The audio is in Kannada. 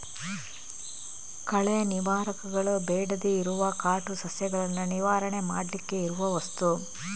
ಕಳೆ ನಿವಾರಕಗಳು ಬೇಡದೇ ಇರುವ ಕಾಟು ಸಸ್ಯಗಳನ್ನ ನಿವಾರಣೆ ಮಾಡ್ಲಿಕ್ಕೆ ಇರುವ ವಸ್ತು